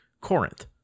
Corinth